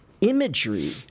imagery